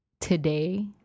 today